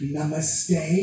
Namaste